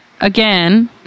again